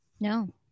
No